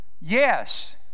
yes